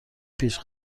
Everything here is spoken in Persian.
پیش